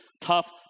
tough